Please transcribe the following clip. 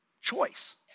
choice